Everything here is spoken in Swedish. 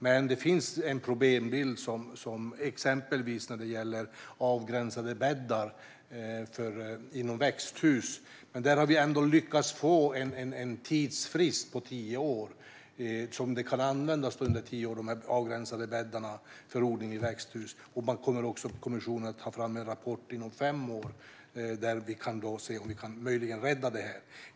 Men det finns en problembild exempelvis när det gäller avgränsade bäddar inom växthus. Där har vi ändå lyckats få en tidsfrist på tio år. De avgränsade bäddarna kan användas under tio år för odling i växthus. Kommissionen kommer också att ta fram en rapport inom fem år där vi kan se om vi möjligen kan rädda det.